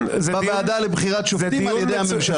בוועדה לבחירת שופטים על ידי הממשלה.